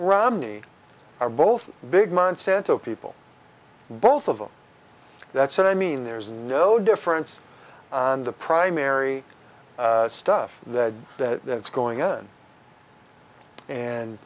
romney are both big monsanto people both of them that's what i mean there's no difference on the primary stuff that that is going on and